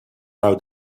how